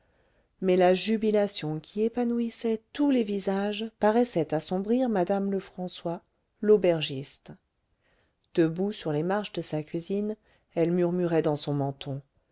mais la jubilation qui épanouissait tous les visages paraissait assombrir madame lefrançois l'aubergiste debout sur les marches de sa cuisine elle murmurait dans son menton